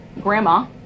grandma